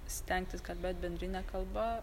stengtis kalbėt bendrine kalba